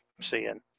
seeing